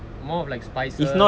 more of like spices